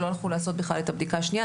שלא הלכו לעשות בכלל את הבדיקה השנייה,